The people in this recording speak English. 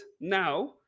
now